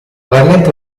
variante